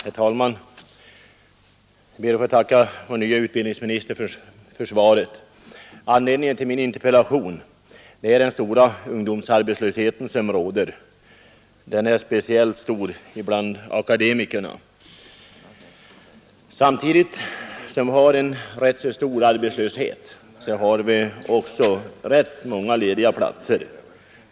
Herr talman! Jag ber att få tacka vår nye utbildningsminister för svaret på min interpellation. Anledningen till min interpellation är den stora ungdomsarbetslöshet som råder. Den är speciellt stor bland akademikerna. Samtidigt som vi har en rätt stor arbetslöshet finns det också rätt många lediga platser.